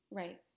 right